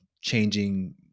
changing